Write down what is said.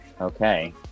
Okay